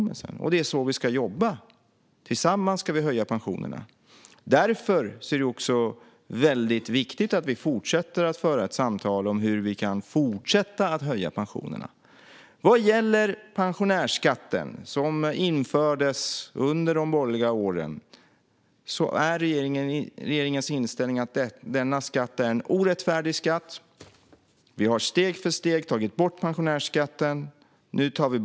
Det är på det sättet vi ska jobba. Tillsammans ska vi höja pensionerna. Därför är det också viktigt att vi fortsätter föra ett samtal om hur vi kan fortsätta höja pensionerna. Vad gäller pensionärsskatten, som infördes under de borgerliga åren, är regeringens inställning att det är en orättfärdig skatt. Vi tar bort pensionärsskatten steg för steg.